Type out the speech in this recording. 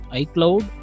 icloud